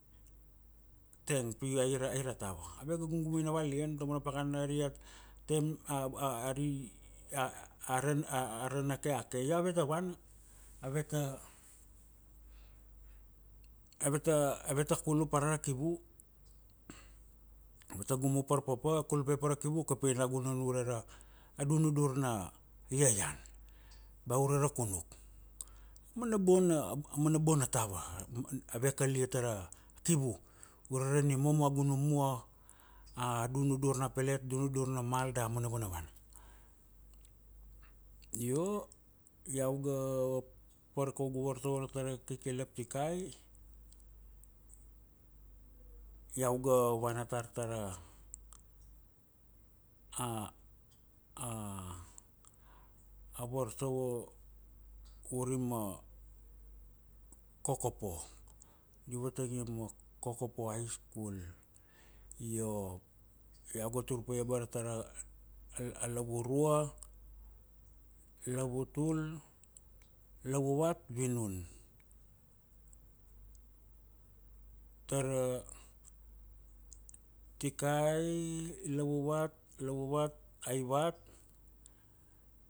tank pi ai ra, ai ra tava, ave ga gum gumu ania valian ta mana pakana, ari iat a ra na keakea, io ave ta vana, ave ta, ave ta, ave ta kulup ara ra kivu, ave ta gumu par papa, kulupe pa ra kivu kapia nagunan ure ra a dunu dur na iaian, ba ure ra kunu cook, a mana bona, a mana bona tava ave kalia ta ra kivu ure ra nimomo, a gunumu, a dunudur na pelet, a dunudur na mal damana vana vana. Io iau ga vapar kaugu vartovo ara ta ra kiki laptikai, iau ga vana tar ta ra a vartovo urima Kokopo, di vatang ia ma Kokopo high school. Io iau ga tur pa ia abara ta ra lavurua, lavutul, lavuvat, vinun. Ta ra tikai lavuvat, lavuvat, aivat